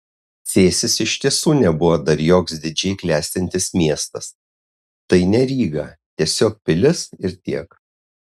cėsis iš tiesų nebuvo dar joks didžiai klestintis miestas tai ne ryga tiesiog pilis ir tiek